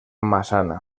massana